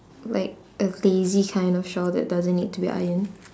like a lazy kind of shawl that doesn't need to be ironed